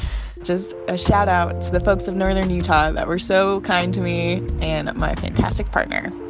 just a shout-out to the folks of northern utah that were so kind to me and my fantastic partner.